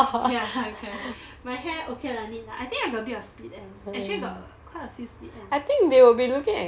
ya correct my hair okay lah neat lah I think I got a bit of split ends actually got quite a few split ends